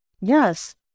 Yes